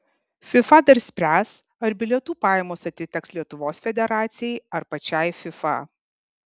fifa dar spręs ar bilietų pajamos atiteks lietuvos federacijai ar pačiai fifa